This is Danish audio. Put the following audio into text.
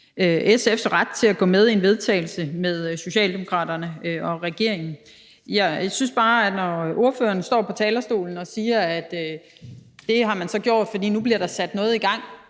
SF's ret til at gå med i et forslag til vedtagelse med Socialdemokraterne. Jeg synes bare, at når ordføreren står på talerstolen og siger, at det har man gjort, fordi der nu bliver sat noget i gang,